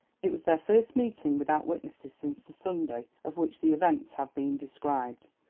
it was their first meeting without witnesses since the sunday of which the events have been described,